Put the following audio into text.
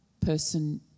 person